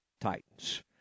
Titans